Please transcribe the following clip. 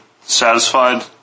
satisfied